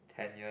ten years